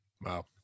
Wow